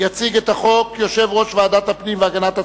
יציג את החוק יושב-ראש ועדת הפנים והגנת הסביבה,